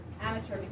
amateur